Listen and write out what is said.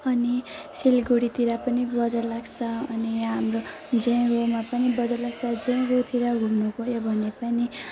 अनि सिलगढीतिर पनि बजार लाग्छ अनि यहाँ हाम्रो जयगाउँमा पनि बजार लाग्छ जयगाउँतिर घुम्नु गयो भने पनि